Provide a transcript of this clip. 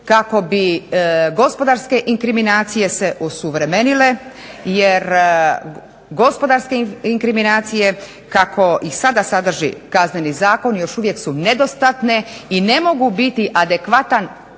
kako bi gospodarske inkriminacije se osuvremenile, jer gospodarske inkriminacije, kako i sada sadrži Kazneni zakon još uvijek su nedostatne i ne mogu biti adekvatan